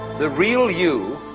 the real you